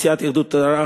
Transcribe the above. מסיעת יהדות התורה,